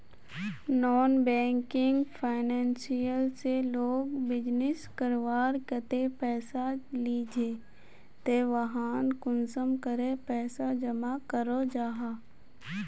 Non banking financial से लोग business करवार केते पैसा लिझे ते वहात कुंसम करे पैसा जमा करो जाहा?